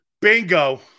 Bingo